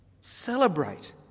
celebrate